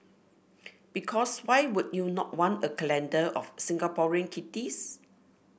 because why would you not want a calendar of Singaporean kitties